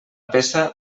peça